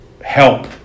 help